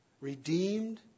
redeemed